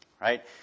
right